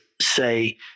say